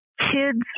kids